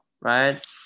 right